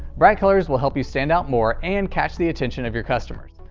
bright colors will help you stand out more and catch the attention of your customers.